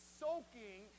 soaking